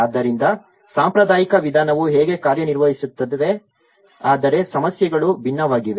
ಆದ್ದರಿಂದ ಸಾಂಪ್ರದಾಯಿಕ ವಿಧಾನವು ಹೇಗೆ ಕಾರ್ಯನಿರ್ವಹಿಸುತ್ತದೆ ಆದರೆ ಸಮಸ್ಯೆಗಳು ವಿಭಿನ್ನವಾಗಿವೆ